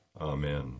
Amen